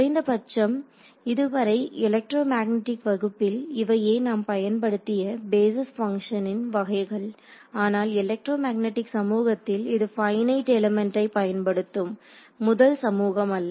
குறைந்தபட்சம் இதுவரை எலக்ட்ரோமேக்னடிக் வகுப்பில் இவையே நாம் பயன்படுத்திய பேஸிஸ் பங்ஷனின் வகைகள் ஆனால் எலக்ட்ரோமேக்னடிக் சமூகத்தில் இது பைனட் எலிமெண்டை பயன்படுத்தும் முதல் சமூகம் அல்ல